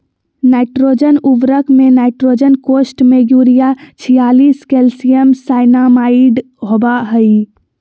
nitrogen उर्वरक में nitrogen कोष्ठ में यूरिया छियालिश कैल्शियम साइनामाईड होबा हइ